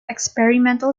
experimental